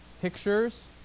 Pictures